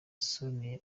sonia